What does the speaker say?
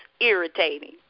irritating